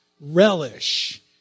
relish